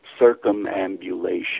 circumambulation